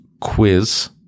quiz